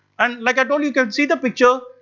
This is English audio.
and like i told you can see the picture,